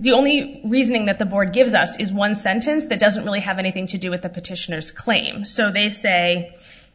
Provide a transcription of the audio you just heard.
the only reasoning that the board gives us is one sentence that doesn't really have anything to do with the petitioners claim so they say